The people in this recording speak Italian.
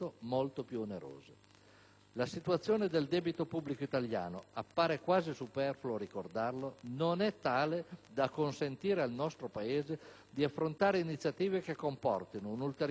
La situazione del debito pubblico italiano, appare quasi superfluo ricordarlo, non è tale da consentire al nostro Paese di affrontare iniziative che comportino un ulteriore massiccio indebitamento,